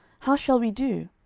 how shall we do?